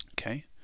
okay